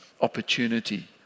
opportunity